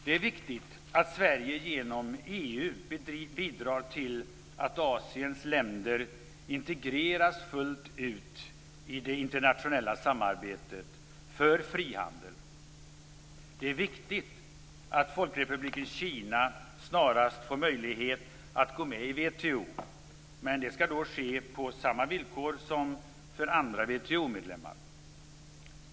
Det är viktigt att Sverige genom EU bidrar till att Asiens länder integreras fullt ut i det internationella samarbetet för frihandel. Det är viktigt att Folkrepubliken Kina snarast får möjlighet att gå med i WTO, men det skall ske på samma villkor som för andra WTO-medlemmar.